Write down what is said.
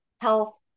Health